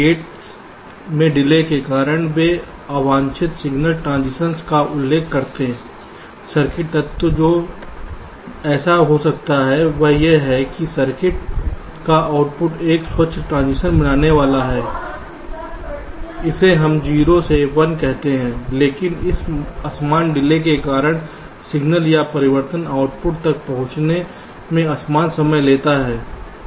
gets में delay के कारण ये अवांछित सिग्नल ट्रांसिशन्स का उल्लेख करते सर्किट तत्व जो ऐसा हो सकता है वह यह है कि सर्किट का आउटपुट एक स्वच्छ ट्रांसिशन्स बनाने वाला है इसे हम 0 से 1 कहते हैं लेकिन इन असमान डिले के कारण सिग्नल या परिवर्तन आउटपुट तक पहुंचने में असमान समय लेते हैं